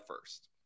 first